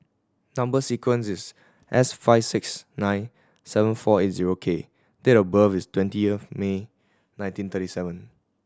number sequence is S five six nine seven four eight zero K and date of birth is twenty of May nineteen thirty seven